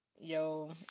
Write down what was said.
Yo